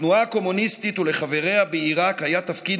לתנועה הקומוניסטית ולחבריה בעיראק היה תפקיד